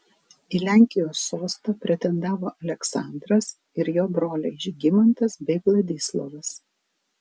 į lenkijos sostą pretendavo aleksandras ir jo broliai žygimantas bei vladislovas